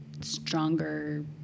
stronger